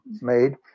made